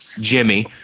Jimmy